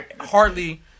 hardly